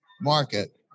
market